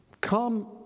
come